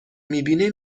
میبینه